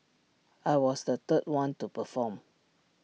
I was the third one to perform